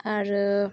आरो